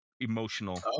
Emotional